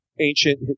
ancient